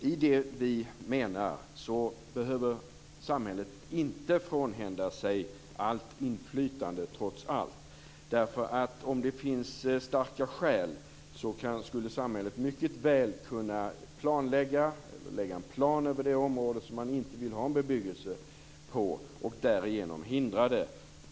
Vad vi menar är att samhället inte behöver frånhända sig allt inflytande, därför att om det skulle finnas starka skäl skulle samhället mycket väl kunna lägga fram en plan över det område på vilket man inte ville ha en bebyggelse och därigenom hindra bebyggelse.